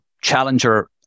challenger